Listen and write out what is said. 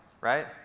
right